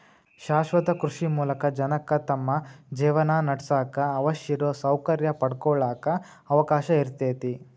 ಶಾಶ್ವತ ಕೃಷಿ ಮೂಲಕ ಜನಕ್ಕ ತಮ್ಮ ಜೇವನಾನಡ್ಸಾಕ ಅವಶ್ಯಿರೋ ಸೌಕರ್ಯ ಪಡ್ಕೊಳಾಕ ಅವಕಾಶ ಇರ್ತೇತಿ